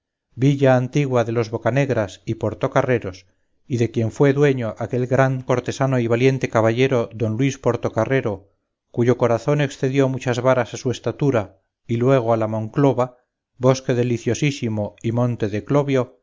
villa antigua de los bocanegras y portocarreros y de quien fué dueño aquel gran cortesano y valiente caballero don luis portocarrero cuyo corazón excedió muchas varas a su estatura y luego a la monclova bosque deliciosísimo y monte de clovio